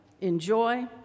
enjoy